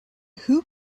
who